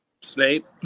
Snape